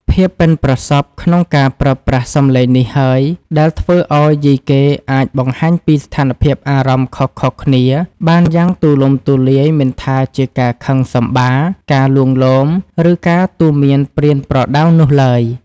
ភាពប៉ិនប្រសប់ក្នុងការប្រើប្រាស់សំឡេងនេះហើយ ដែលធ្វើឱ្យយីកេអាចបង្ហាញពីស្ថានភាពអារម្មណ៍ខុសៗគ្នាបានយ៉ាងទូលំទូលាយ មិនថាជាការខឹងសម្បារ ការលួងលោម ឬការទូន្មានប្រៀនប្រដៅនោះឡើយ។